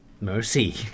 mercy